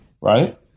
right